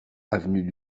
avenue